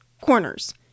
corners